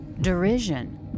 derision